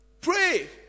Pray